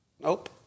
Nope